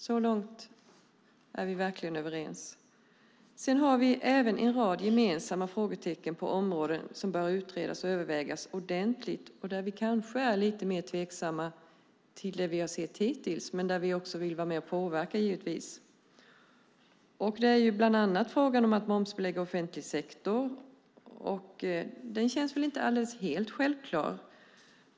Så långt är vi verkligen överens. Sedan har vi även en rad gemensamma frågetecken på områden som bör utredas och övervägas ordentligt. Där är vi kanske lite mer tveksamma till det som vi har sett hittills men där vi givetvis också vill vara med och påverka. Det är bland annat frågan om att momsbelägga offentlig sektor. Den känns inte helt självklar.